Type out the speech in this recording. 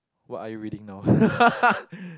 what are you reading now